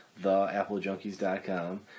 theapplejunkies.com